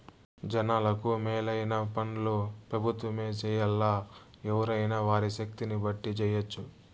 జనాలకు మేలైన పన్లు పెబుత్వమే జెయ్యాల్లా, ఎవ్వురైనా వారి శక్తిని బట్టి జెయ్యెచ్చు